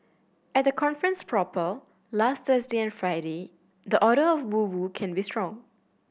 at the conference proper last Thursday and Friday the odour of woo woo can be strong